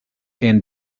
and